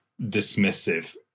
dismissive